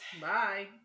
Bye